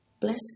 Bless